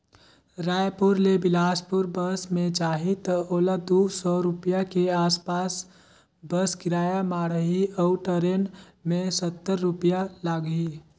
रायपुर ले बेलासपुर बस मे जाही त ओला दू सौ रूपिया के आस पास बस किराया माढ़ही अऊ टरेन मे सत्तर रूपिया लागही